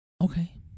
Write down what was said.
Okay